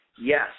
Yes